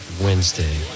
Wednesday